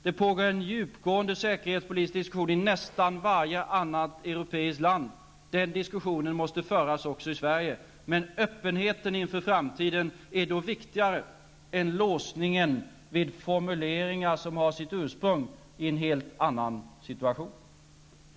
Det pågår en djupgående säkerhetspolitisk diskussion i nästan varje annat europeiskt land. Den diskussionen måste föras också i Sverige, men öppenheten inför framtiden är då viktigare än låsningen vid formuleringar som har sitt ursprung i en helt annan situation.